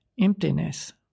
emptiness